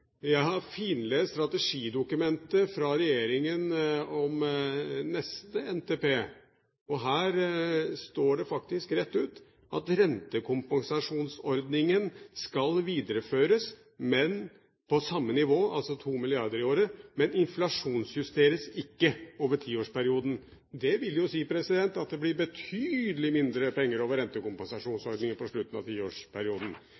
Jeg har finlest strategidokumentet fra regjeringen om neste NTP, og her står det faktisk rett ut at rentekompensasjonsordningen skal videreføres, men på samme nivå, altså 2 mrd. kr i året, men inflasjonsjusteres ikke over tiårsperioden. Det vil jo si at det blir betydelig mindre penger